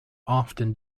often